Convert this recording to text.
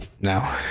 no